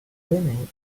women